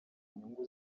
inyungu